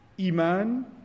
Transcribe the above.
iman